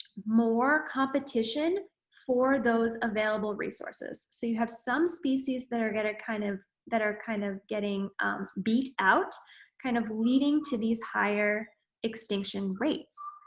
more competition for those available resources. so, you have some species that are gonna kind of that are kind of getting beat out kind of leading to these higher extinction rates.